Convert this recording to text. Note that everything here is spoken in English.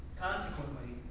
consequently,